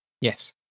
Yes